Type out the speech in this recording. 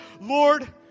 Lord